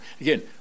again